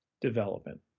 Development